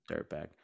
Dirtbag